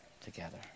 together